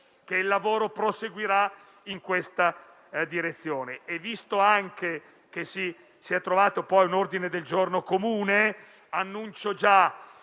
che il lavoro proseguirà in questa direzione. Visto, poi, che si è anche trovato un ordine del giorno comune, annuncio già